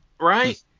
Right